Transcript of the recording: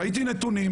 ראיתי נתונים.